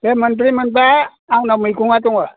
बे मोनब्रै मोनबा आंनाव मैगङा दङ